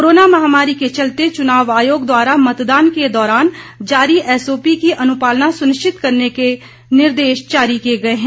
corona महामारी के चलते चुनाव आयोग द्वारा मतदान के दौरान जारी एसओपी की अनुपालना सुनिश्चित करने के निर्देश जारी किए गए है